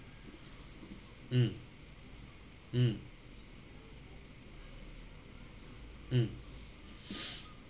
mm mm mm